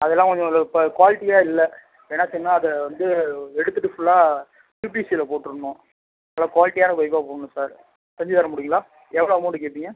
அதெல்லாம் கொஞ்சம் இப்போ குவாலிட்டியாக இல்லை ஏன்னா செய்யணுன்னால் அது வந்து எடுத்துட்டு ஃபுல்லாக பிவிசியில் போட்டுரணும் நல்லா குவாலிட்டியான பைப்பாக போடணும் சார் செஞ்சுத் தர முடியுங்களா எவ்வளோ அமௌண்ட்டு கேட்பீங்க